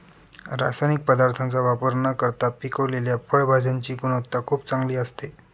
रासायनिक पदार्थांचा वापर न करता पिकवलेल्या फळभाज्यांची गुणवत्ता खूप चांगली असते